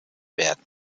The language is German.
werden